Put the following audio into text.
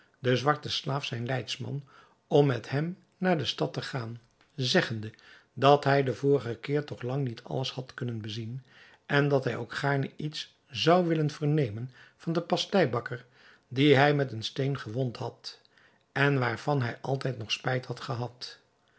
den zwarten slaaf zijn leidsman om met hem naar de stad te gaan zeggende dat hij de vorige keer toch lang niet alles had kunnen bezien en dat hij ook gaarne iets zou willen vernemen van den pasteibakker dien hij met een steen gewond had en waarvan hij altijd nog spijt had gehad